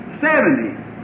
seventy